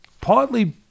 partly